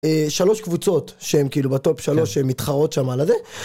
שלוש קבוצות שהם כאילו בטופ שלוש מתחרות שם על הזה